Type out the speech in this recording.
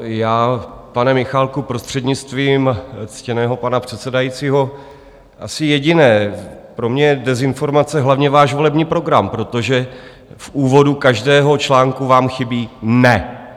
Já, pane Michálku, prostřednictvím ctěného pana předsedajícího, asi jediné pro mě je dezinformace hlavně váš volební program, protože v úvodu každého článku vám chybí NE.